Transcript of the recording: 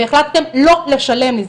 והחלטתם לא לשלם לי.